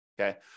okay